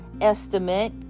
estimate